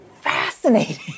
fascinating